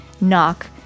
knock